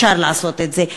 אפשר לעשות את זה,